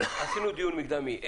עשינו דיון מקדמי,